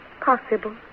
possible